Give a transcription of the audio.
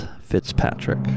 Fitzpatrick